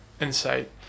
insight